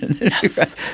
Yes